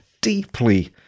deeply